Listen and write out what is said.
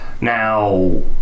Now